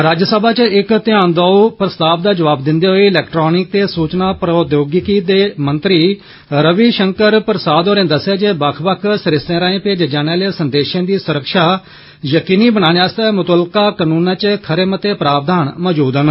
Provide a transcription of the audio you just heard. राज्यसभा च इक घ्यान दोआऊ प्रस्ताव दा जवाब दिंदे होई इलैक्ट्रानिक ते सूचना प्रौद्योगिकी दे मंत्री रवि शंकर प्रसाद होरे दस्सेआ जे बक्ख बक्ख सरिस्तें राएं भेजे जाने आह्ले संदेशें दी सुरक्षा यकीनी बनाने आस्तै मुत्तलका कानून च खरे मते प्रावधान मजूद न